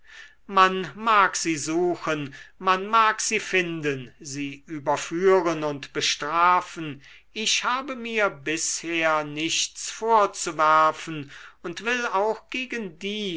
man mag sie suchen man mag sie finden sie überführen und bestrafen ich habe mir bisher nichts vorzuwerfen und will auch gegen die